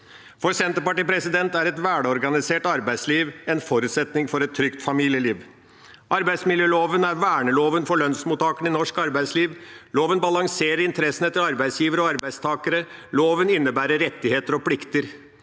For Senterpartiet er et velorganisert arbeidsliv en forutsetning for et trygt familieliv. Arbeidsmiljøloven er verneloven for lønnsmottakerne i norsk arbeidsliv. Loven balanserer interessene til arbeidsgivere og arbeidstakere. Loven innebærer rettigheter og plikter.